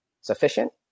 sufficient